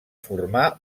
formar